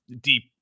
deep